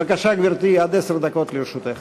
בבקשה, גברתי, עד עשר דקות לרשותך.